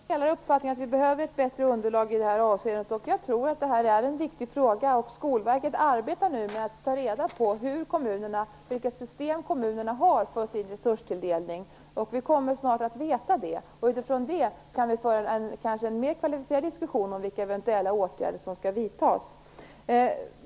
Fru talman! Jag delar uppfattningen att vi behöver ett bättre underlag i detta avseende, och jag tror att detta är en viktig fråga. Skolverket arbetar nu med att ta reda på vilket system kommunerna har för sin resurstilldelning. Vi kommer snart att veta det. Utifrån det kan vi kanske föra en mer kvalificerad diskussion om vilka eventuella åtgärder som skall vidtas.